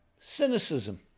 cynicism